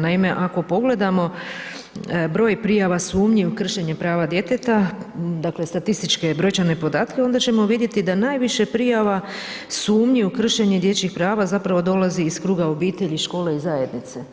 Naime, ako pogledamo broj prijava sumnji u kršenje prava djeteta, dakle, statističke brojčane podatke, onda ćemo vidjeti da najviše prijava, sumnji u kršenje dječjih prava zapravo dolazi iz kruga obitelji, škole i zajednice,